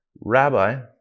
Rabbi